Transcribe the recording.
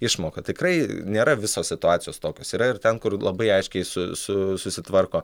išmoką tikrai nėra visos situacijos tokios yra ir ten kur labai aiškiai su su susitvarko